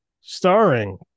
starring